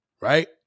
Right